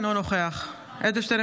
אינו נוכח יולי יואל אדלשטיין,